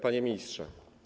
Panie Ministrze!